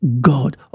God